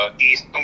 east